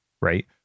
right